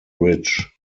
ridge